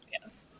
Yes